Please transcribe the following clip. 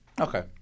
Okay